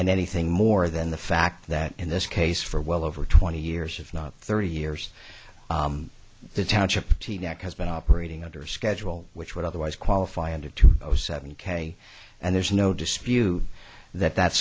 and anything more than the fact that in this case for well over twenty years if not thirty years the township teaneck has been operating under a schedule which would otherwise qualify under to seven k and there's no dispute that that